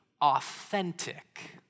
authentic